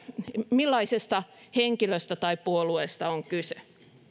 millaisesta henkilöstä tai puolueesta on kyse